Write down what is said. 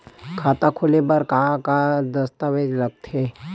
खाता खोले बर का का दस्तावेज लगथे?